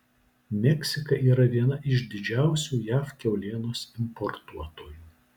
meksika yra viena iš didžiausių jav kiaulienos importuotojų